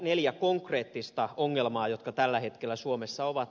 neljä konkreettista ongelmaa tällä hetkellä suomessa on